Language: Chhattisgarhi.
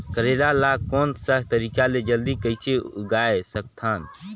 करेला ला कोन सा तरीका ले जल्दी कइसे उगाय सकथन?